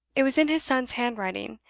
it was in his son's handwriting,